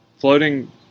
floating